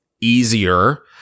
easier